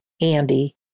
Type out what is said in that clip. Andy